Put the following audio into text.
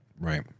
Right